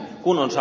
herra puhemies